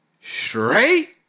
Straight